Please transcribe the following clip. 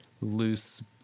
loose